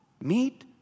Meet